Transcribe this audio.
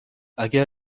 اگر